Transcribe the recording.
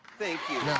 thank you.